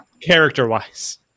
Character-wise